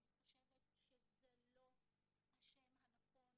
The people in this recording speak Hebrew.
אני חושבת שזה לא השם הנכון